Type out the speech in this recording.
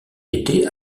était